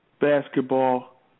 basketball